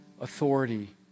authority